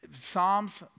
Psalms